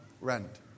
rent